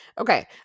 Okay